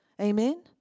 Amen